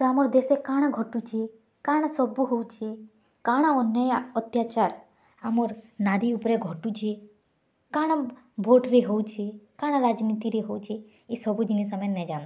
ତ ଆମର୍ ଦେଶେ କାଣା ଘଟୁଚି କାଣା ସବୁ ହଉଚି କାଣା ଅନ୍ୟାୟ ଅତ୍ୟାଚାର୍ ଆମର୍ ନାରୀ ଉପରେ ଘଟୁଛି କାଣା ଭୋଟ୍ରେ ହଉଛି କାଣା ରାଜ୍ନୀତିରେ ହଉଛି ଇ ସବୁ ଜିନିଷ୍ ଆମେ ନାଇ ଜାନ୍ତା